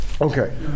Okay